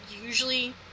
usually